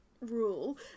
rule